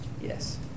Yes